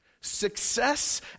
Success